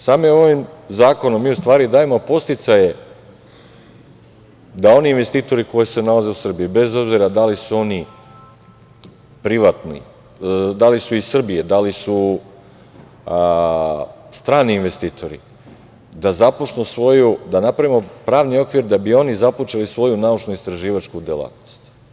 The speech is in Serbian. Samim ovim zakonom mi u stvari dajemo podsticaje da oni investitori koji se nalaze u Srbiji, bez obzira da li su iz Srbije, da li su strani investitori, da napravimo pravni okvir da bi oni započeli svoju naučno-istraživačku delatnost.